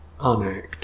unact